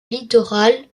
littoral